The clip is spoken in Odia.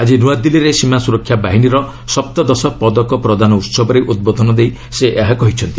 ଆଜି ନୂଆଦିଲ୍ଲୀରେ ସୀମା ସୁରକ୍ଷା ବାହିନୀର ସପ୍ତଦଶ ପଦକ ପ୍ରଦାନ ଉତ୍ସବରେ ଉଦ୍ବୋଦନ ଦେଇ ସେ ଏହା କହିଛନ୍ତି